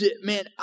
Man